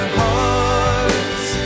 hearts